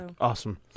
Awesome